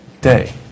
day